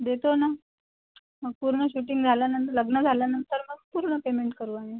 देतो ना मग पूर्ण शूटिंग झाल्यानंतर लग्न झाल्यानंतर मग पूर्ण पेमेंट करू आम्ही